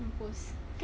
mampus